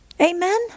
Amen